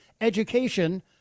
education